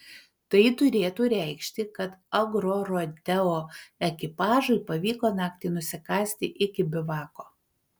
tai turėtų reikšti kad agrorodeo ekipažui pavyko naktį nusikasti iki bivako